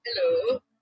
Hello